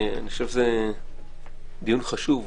אני חושב שזה דיון חשוב,